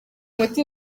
umuti